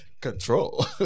control